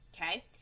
Okay